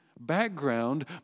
background